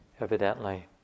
evidently